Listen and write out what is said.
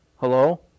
Hello